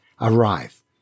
arrive